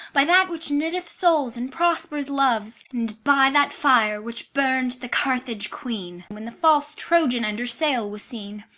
by that which knitteth souls and prospers loves, and by that fire which burn'd the carthage queen, when the false troyan under sail was seen,